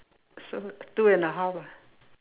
so two and a half lah